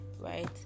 right